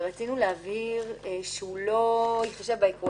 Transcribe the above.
רצינו להבהיר שההתיישנות